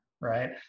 Right